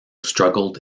struggled